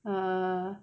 err